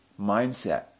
mindset